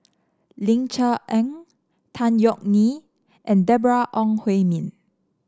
Ling Cher Eng Tan Yeok Nee and Deborah Ong Hui Min